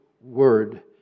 word